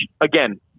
again